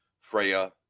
freya